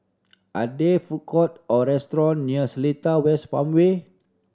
are there food court or restaurant near Seletar West Farmway